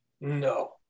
No